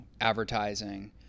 advertising